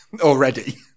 already